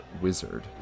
Wizard